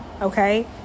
okay